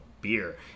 beer